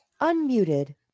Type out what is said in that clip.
Unmuted